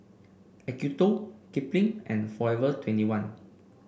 Acuto Kipling and Forever twenty one